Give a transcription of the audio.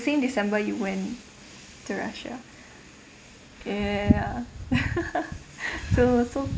same december you went to russia ya that was so